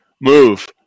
move